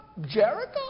Jericho